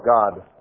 God